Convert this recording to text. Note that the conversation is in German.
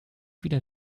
wieder